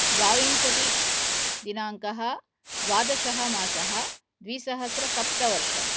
द्वाविंशतिदिनाङ्कः द्वादशः मासः द्विसहस्रसप्तवर्षम्